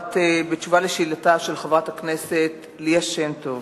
בתשובה על שאלתה של חברת הכנסת ליה שמטוב,